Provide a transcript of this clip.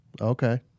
Okay